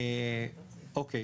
אוקיי,